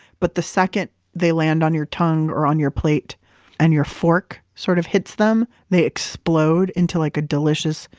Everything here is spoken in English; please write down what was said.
but the second they land on your tongue or on your plate and your fork sort of hits them, they explode into like a delicious,